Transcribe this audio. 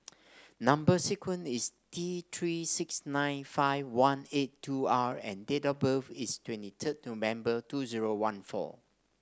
number sequence is T Three six nine five one eight two R and date of birth is twenty third November two zero one four